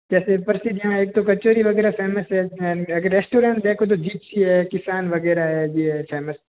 जैसे प्रसिद्ध हैं एक तो कचोरी वग़ैरह फ़ेमस है अगर रेस्टुरेंट देखो तो जिप्सी है किसान वग़ैरह है ये फ़ेमस